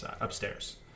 upstairs